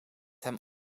hem